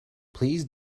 please